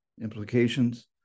implications